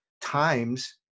times